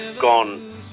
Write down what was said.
gone